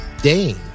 Dane